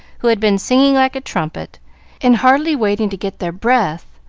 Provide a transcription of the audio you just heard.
who had been singing like a trumpet and, hardly waiting to get their breath,